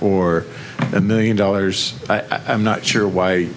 or a million dollars i'm not sure why